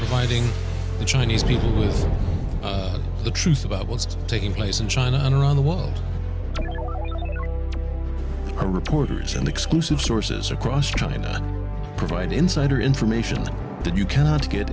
hiding the chinese people is the truth about what's taking place in china and around the world are reporters and exclusive sources across china provide insider information that you cannot get